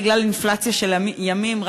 בגלל אינפלציה של ימים,